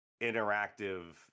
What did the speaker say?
interactive